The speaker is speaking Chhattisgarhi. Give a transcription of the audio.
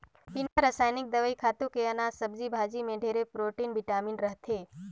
बिना रसइनिक दवई, खातू के अनाज, सब्जी भाजी में ढेरे प्रोटिन, बिटामिन रहथे